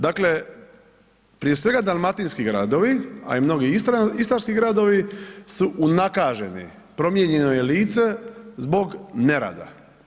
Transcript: Dakle, prije svega dalmatinski gradovi, a i mnogi istarski gradovi su unakaženi, promijenjeno im je lice zbog nerada.